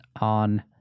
on